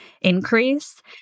increase